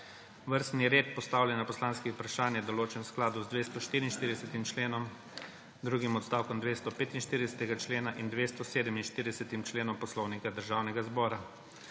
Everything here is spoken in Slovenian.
Vrstni red postavljanja poslanskih vprašanj je določen v skladu z 244. členom, drugim odstavkom 245. člena in 247. členom Poslovnika Državnega zbora.